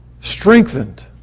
strengthened